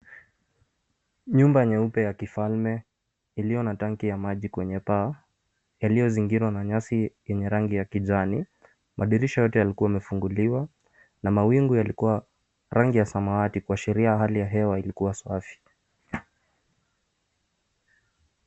Nyumba nyeupe ya kifalme, iliyo na tanki ya maji kwenye paa. Iliyozingirwa na nyasi yenye rangi ya kijani. Madirisha yote yalikuwa yamefunguliwa, na mawingu yalikuwa rangi ya samawati, kuashiria hali ya hewa ilikuwa safi.